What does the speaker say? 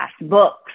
books